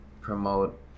promote